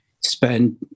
spend